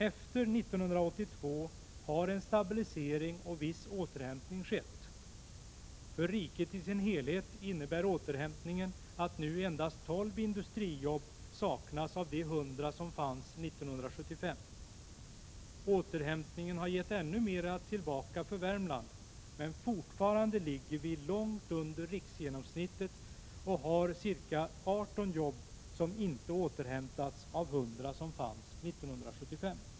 Efter 1982 har en stabilisering och viss återhämtning skett. För riket i dess helhet innebär återhämtningen att nu endast 12 industrijobb saknas av de 100 som fanns 1975. Återhämtningen har gett ännu mer tillbaka för Värmland, men fortfarande ligger vi långt under riksgenomsnittet: ca 18 jobb har ännu inte återhämtats av de 100 som fanns 1975.